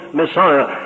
Messiah